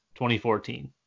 2014